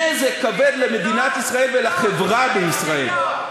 נזק כבד למדינת ישראל ולחברה בישראל.